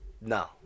No